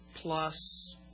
plus